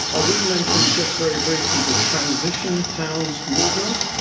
i would mention just very briefly the transition towns movement,